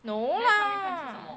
no lah